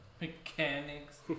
Mechanics